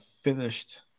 finished